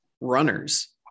runners